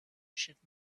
should